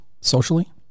Socially